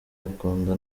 akunda